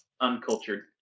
uncultured